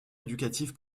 éducative